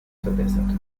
verbessert